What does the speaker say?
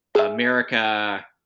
America